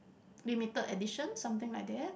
limited edition something like that